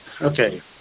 Okay